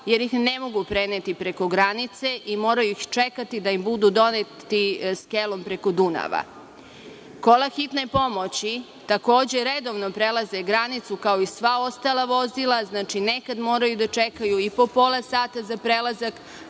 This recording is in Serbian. jer ih ne mogu preneti preko granice i moraju čekati da im budu doneti skelom preko Dunava. Kola hitne pomoći takođe redovno prelaze granicu, kao i sva ostala vozila. Znači, nekad moraju da čekaju i po pola sata za prelazak,